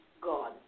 God